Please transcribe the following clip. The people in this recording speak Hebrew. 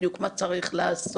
הם יודעים בדיוק מה צריך לעשות,